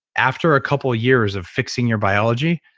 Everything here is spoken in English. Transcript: after a couple years of fixing your biology